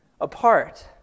apart